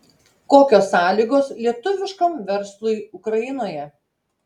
kokios sąlygos lietuviškam verslui ukrainoje